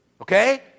okay